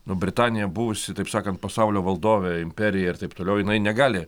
nu britanija buvusi taip sakant pasaulio valdovė imperija ir taip toliau jinai negali